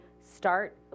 start